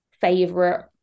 favorite